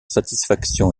satisfaction